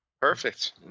Perfect